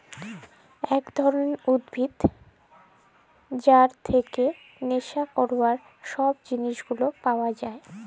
একট ধরলের উদ্ভিদ যেটর থেক্যে লেসা ক্যরবার সব জিলিস গুলা পাওয়া যায়